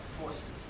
forces